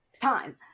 time